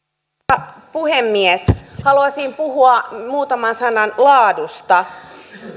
arvoisa puhemies haluaisin puhua muutaman sanan laadusta